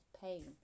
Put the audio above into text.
pain